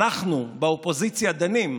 אנחנו באופוזיציה דנים,